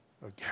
again